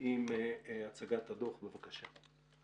עם הצגת הדוח, בבקשה.